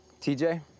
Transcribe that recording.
TJ